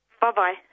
Bye-bye